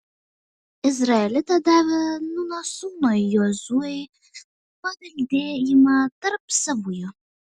izraelitai davė nūno sūnui jozuei paveldėjimą tarp savųjų